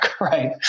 right